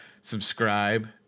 subscribe